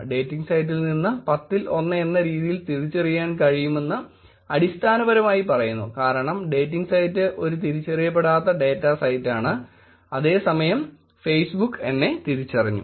dating സൈറ്റിൽ നിന്ന് 10 ൽ 1 എന്ന രീതിയിൽ തിരിച്ചറിയാൻ കഴിയുമെന്ന് അടിസ്ഥാനപരമായി പറയുന്നു കാരണം ഡേറ്റിംഗ് സൈറ്റ് ഒരു തിരിച്ചറിയപ്പെടാത്ത ഡേറ്റ സെറ്റാണ് അതേസമയം ഫേസ്ബുക്ക് എന്നെ തിരിച്ചറിഞ്ഞു